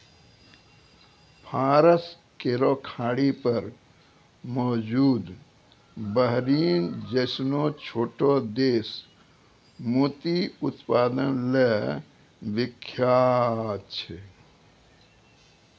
फारस केरो खाड़ी पर मौजूद बहरीन जैसनो छोटो देश मोती उत्पादन ल विख्यात छै